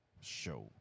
show